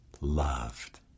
loved